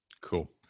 Cool